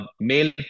male